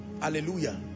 hallelujah